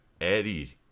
eddie